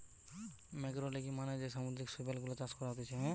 ম্যাক্রোলেগি মানে যে সামুদ্রিক শৈবাল গুলা চাষ করা হতিছে